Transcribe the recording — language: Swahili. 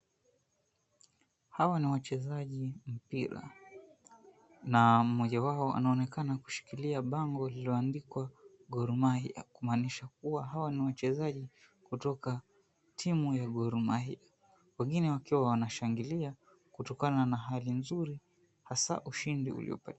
Hawa ni wachezaji mpira na mmoja wao anaonekana kushikilia bango lililoandikwa Gor Mahia, kumaanisha kuwa hawa ni wachezaji kutoka timu ya Gor Mahia. Wengine wakiwa wanashangilia kutokana na hali nzuri, hasa ushindi.